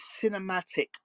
cinematic